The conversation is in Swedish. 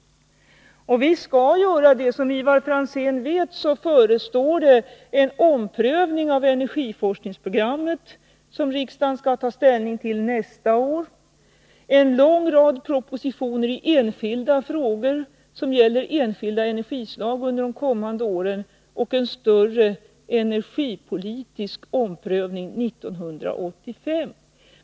Det skall vi göra. Som Ivar Franzén vet förestår en omprövning av energiforskningsprogrammet, som riksdagen skall ta ställning till nästa år, en lång rad propositioner i enskilda frågor som gäller enskilda energislag tas upp under de kommande åren och en stor energipolitisk omprövning skall ske 1985.